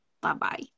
Bye-bye